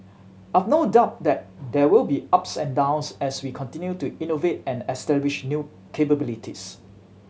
I've no doubt that there will be ups and downs as we continue to innovate and establish new capabilities